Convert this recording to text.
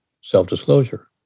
self-disclosure